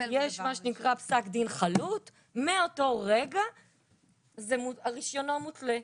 יש מה שנקרא פסק דין חלוט ומאותו רגע רישיונו מותלה.